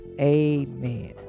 Amen